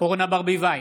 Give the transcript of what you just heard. אורנה ברביבאי,